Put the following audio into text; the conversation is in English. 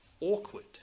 awkward